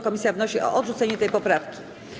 Komisja wnosi o odrzucenie tej poprawki.